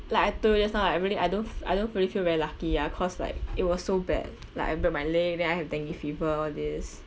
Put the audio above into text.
like I told you just now I really I don't f~ I don't really feel very lucky ah cause like it was so bad like I break my leg then I have dengue fever all these